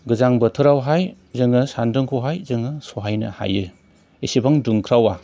गोजां बोथोरावहाय जोङो सानदुंखौहाय जों सहायनो हायो एसेबां दुंख्रावा